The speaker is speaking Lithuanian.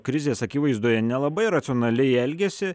krizės akivaizdoje nelabai racionaliai elgiasi